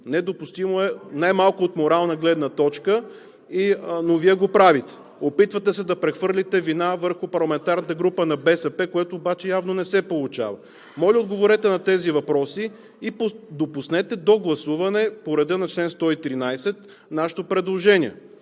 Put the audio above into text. недопустимо е най-малко от морална гледна точка, но Вие го правите. Опитвате се да прехвърлите вината върху парламентарната група на БСП, което обаче явно не се получава. Моля, отговорете на тези въпроси и допуснете до гласуване по реда на чл. 113 нашето предложение.